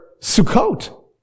Sukkot